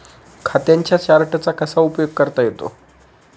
खात्यांच्या चार्टचा कसा उपयोग करता येतो?